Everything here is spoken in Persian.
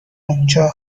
اونجا